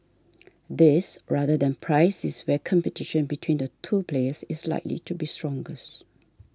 this rather than price is where competition between the two players is likely to be strongest